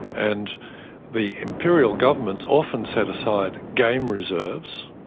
and the imperial governments often set aside game reserves.